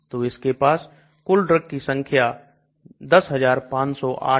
तो इसके पास कुल ड्रग की संख्या 10508 है